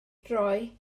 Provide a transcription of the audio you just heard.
droi